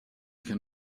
can